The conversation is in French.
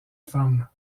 femme